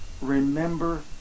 Remember